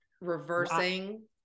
reversing-